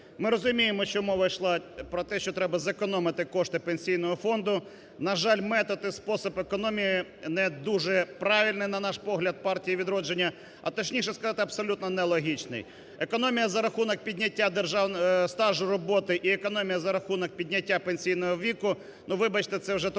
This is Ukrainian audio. Ми розуміємо, що мова йшла про те, що треба зекономити кошти Пенсійного фонду. На жаль, метод і спосіб економії не дуже правильний, на наш погляд партії "Відродження", а точніше сказати, абсолютно нелогічний. Економія за рахунок підняття державного… стажу роботи і економія за рахунок підняття пенсійного віку – ну, вибачте, це вже трошки